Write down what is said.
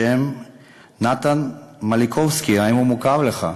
השם נתן מיליקובסקי, האם הוא מוכר לך?